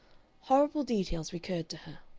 horrible details recurred to her.